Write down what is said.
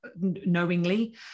knowingly